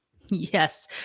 Yes